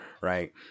Right